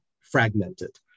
fragmented